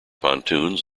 pontoons